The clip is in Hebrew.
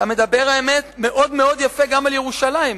אתה מדבר, האמת, מאוד מאוד יפה גם על ירושלים.